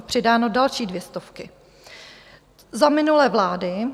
Přidány další dvě stovky za minulé vlády.